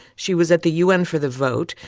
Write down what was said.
she was at the u n. for the vote.